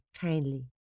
kindly